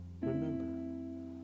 remember